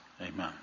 Amen